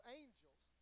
angels